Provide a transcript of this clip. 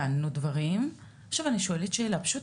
הבנו דברים, עכשיו אני שואלת שאלה פשוטה,